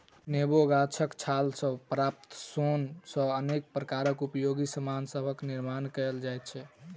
नेबो गाछक छाल सॅ प्राप्त सोन सॅ अनेक प्रकारक उपयोगी सामान सभक निर्मान कयल जाइत छै